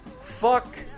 Fuck